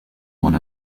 one